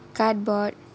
cardboard